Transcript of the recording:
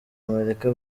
amerika